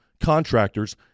contractors